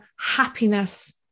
happiness